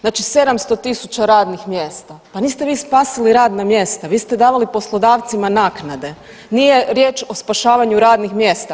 Znači 700.000 radnih mjesta, pa niste vi spasili radna mjesta, vi ste davali poslodavcima naknade, nije riječ o spašavanju radnih mjesta.